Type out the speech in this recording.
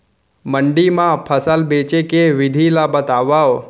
मंडी मा फसल बेचे के विधि ला बतावव?